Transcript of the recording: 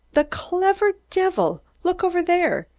the clever devil! look over there!